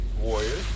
Warriors